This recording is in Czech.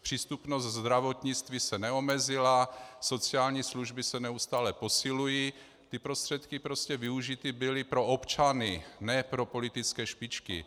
Přístupnost zdravotnictví se neomezila, sociální služby se neustále posilují, prostředky prostě byly využity pro občany, ne pro politické špičky.